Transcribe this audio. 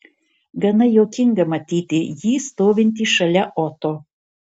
gana juokinga matyti jį stovintį šalia oto